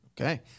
Okay